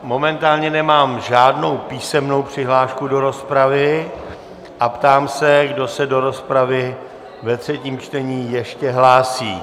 Momentálně nemám žádnou písemnou přihlášku do rozpravy a ptám se, kdo se do rozpravy ve třetím čtení ještě hlásí.